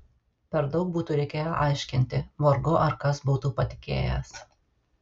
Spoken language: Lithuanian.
per daug būtų reikėję aiškinti vargu ar kas būtų patikėjęs